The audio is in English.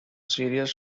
serious